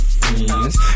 friends